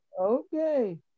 okay